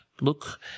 look